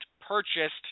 purchased